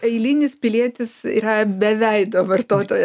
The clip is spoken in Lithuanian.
eilinis pilietis yra be veido vartotojas